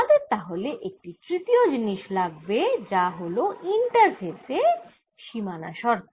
আমাদের তাহলে একটি তৃতীয় জিনিষ লাগবে যা হল ইন্টারফেসে সীমানা শর্ত